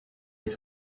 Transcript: ist